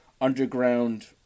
underground